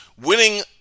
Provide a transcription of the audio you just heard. winning